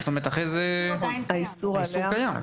זאת אומרת, האיסור קיים.